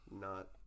Not-